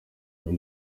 muri